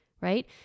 right